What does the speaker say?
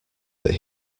that